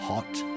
Hot